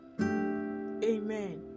Amen